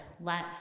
let